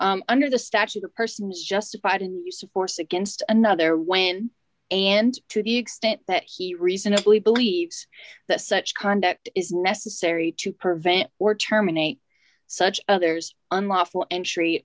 under the statute a person's justified in use of force against another when and to the extent that he reasonably believes that such conduct is necessary to prevent or terminate such others unlawful entry